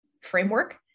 framework